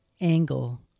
angle